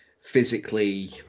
physically